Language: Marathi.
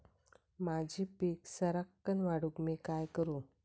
माझी पीक सराक्कन वाढूक मी काय करू?